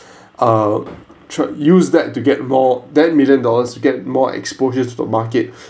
uh to use that to get more that million dollars you get more exposures to the market